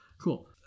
Cool